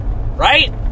right